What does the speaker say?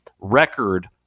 record